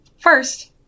First